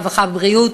הרווחה והבריאות,